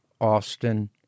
Austin